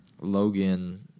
Logan